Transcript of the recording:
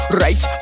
right